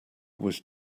was